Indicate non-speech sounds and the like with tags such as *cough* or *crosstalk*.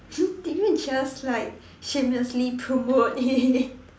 *laughs* did we just like shamelessly promote it *laughs*